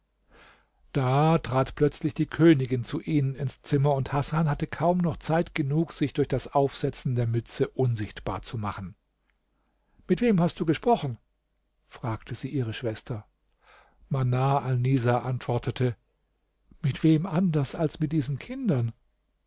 da trat plötzlich die königin zu ihnen ins zimmer und hasan hatte kaum noch zeit genug sich durch das aufsetzen der mütze unsichtbar zu machen mit wem hast du gesprochen fragte sie ihre schwester manar alnisa antwortete mit wem anders als mit diesen kindern